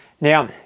Now